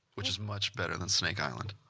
which is much better than snake island.